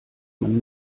man